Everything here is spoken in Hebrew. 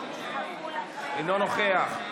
אינו נוכח,